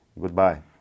Goodbye